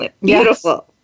Beautiful